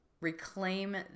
reclaim